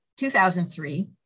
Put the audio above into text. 2003